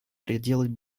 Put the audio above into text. проделать